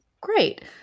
Great